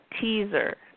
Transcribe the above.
teaser